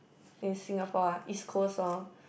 in Singapore ah East-Coast lor